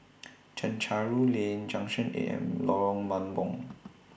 Chencharu Lane Junction eight and Lorong Mambong